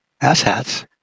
asshats